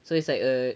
so it's like a